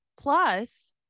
Plus